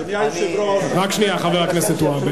אני, רק שנייה, חבר הכנסת והבה.